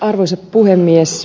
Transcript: arvoisa puhemies